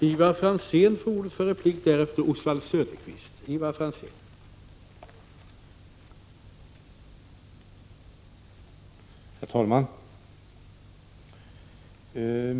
Herr talman!